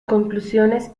conclusiones